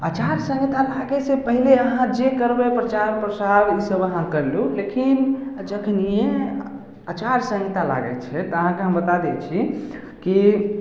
अचारसंहिता लागै से पहिले अहाँ जे करबै प्रचार प्रसार इसब अहाँ करियौ लेकिन आ जखनीयेँ अचारसंहिता लागै छै तऽ अहाँके हम बता दै छी कि